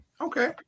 Okay